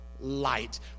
light